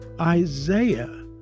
Isaiah